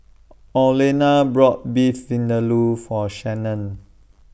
Orlena bought Beef Vindaloo For Shanon